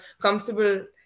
comfortable